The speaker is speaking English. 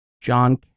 John